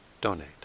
donate